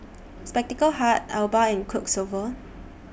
Spectacle Hut Alba and Quiksilver